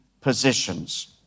positions